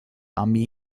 armee